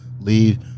leave